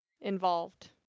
involved